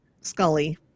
Scully